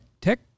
tech